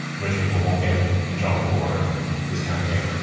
rich people won't get in trouble for this kind of thing,